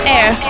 Air